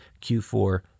Q4